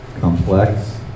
complex